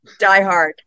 diehard